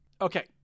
okay